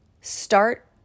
start